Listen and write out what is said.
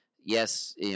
Yes